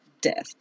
Death